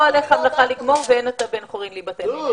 לא עליך המלאכה לגמור ואין אתה בן חורין להיבטל ממנה.